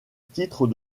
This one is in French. titre